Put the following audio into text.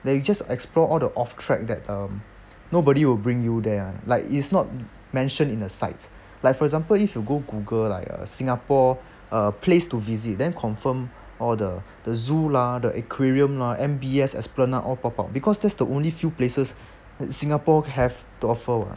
like you just explore all the off track that um nobody will bring you there [one] like it's not mentioned in the sites like for example if you go google like uh singapore uh place to visit then confirm all the the zoo lah the aquarium lah the M_B_S esplanade all pop out because that's the only few places that singapore has to offer [what]